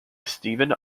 steven